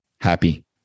happy